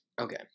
Okay